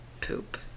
poop